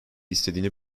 istediğini